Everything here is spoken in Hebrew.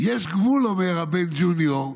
יש גבול", אומר הבן, ג'וניור,